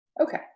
Okay